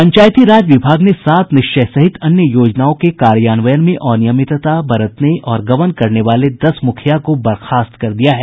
पंचायती राज विभाग ने सात निश्चय सहित अन्य योजनाओं के कार्यान्वयन में अनियमितता बरतने और गबन करने वाले दस मुखिया को बर्खास्त कर दिया है